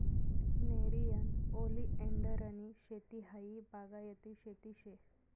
नेरियन ओलीएंडरनी शेती हायी बागायती शेती शे